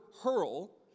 hurl